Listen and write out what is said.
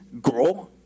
grow